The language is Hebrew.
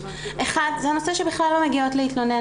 אחד הנושא שבכלל לא מגיעות להתלונן,